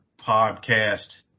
podcast